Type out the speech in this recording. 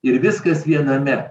ir viskas viename